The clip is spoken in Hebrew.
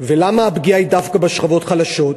ולמה הפגיעה היא דווקא בשכבות החלשות?